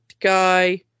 guy